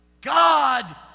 God